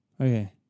Okay